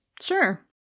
Sure